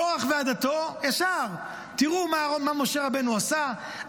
קרח ועדתו ישר: תראו מה משה רבנו עושה,